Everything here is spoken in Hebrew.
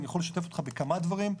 אני יכול לשתף אותך בכמה דברים,